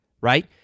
right